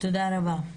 תודה רבה.